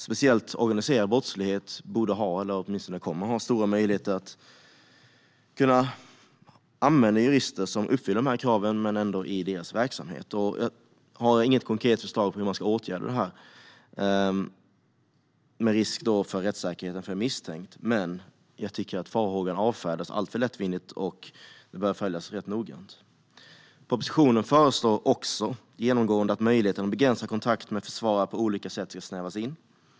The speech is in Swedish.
Speciellt organiserad brottslighet borde ha eller kommer åtminstone att ha stora möjligheter att använda jurister som uppfyller kraven men som ändå är i verksamheten. Jag har inget konkret förslag på hur man ska åtgärda det här, med tanke på risken i fråga om rättssäkerheten för en misstänkt. Men jag tycker att farhågan avfärdas alltför lättvindigt. Detta bör följas noggrant. I propositionen föreslås också genomgående att möjligheten att begränsa kontakt med försvarare på olika sätt ska snävas in.